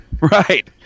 Right